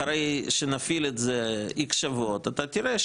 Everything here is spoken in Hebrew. אחרי שנפעיל את זה איקס שבועות אתה תראה